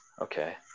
Okay